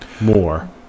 more